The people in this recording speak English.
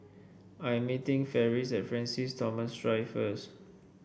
I'm meeting Ferris at Francis Thomas Drive first